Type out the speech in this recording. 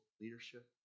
leadership